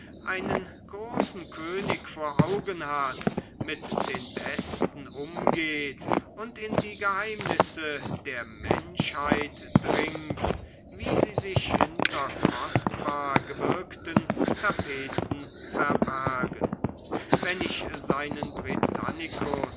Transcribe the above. einen großen könig vor augen hat mit den besten umgeht und in die geheimnisse der menschheit dringt wie sie sich hinter kostbar gewirkten tapeten verbergen wenn ich seinen britannicus